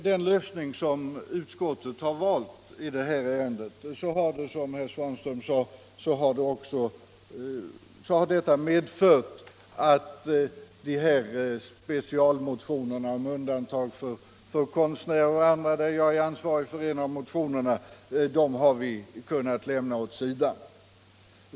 Den lösning som utskottet har valt i det här ärendet har, såsom herr Svanström sade, medfört att specialmotionerna om undantag för konstnärer och vissa andra — jag är ansvarig för en av motionerna — har kunnat lämnas åt sidan.